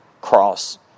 cross